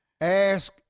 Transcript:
Ask